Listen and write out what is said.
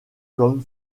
comme